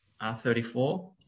R34